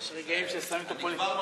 יש רגעים ששמים את הפוליטיקה,